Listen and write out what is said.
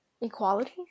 equality